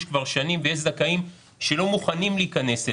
כבר שנים ויש זכאים שלא מוכנים להיכנס אליהן.